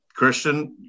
Christian